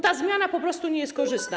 Ta zmiana po prostu nie jest korzystna.